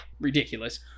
Ridiculous